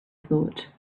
thought